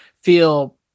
feel